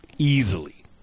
easily